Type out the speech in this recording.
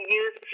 use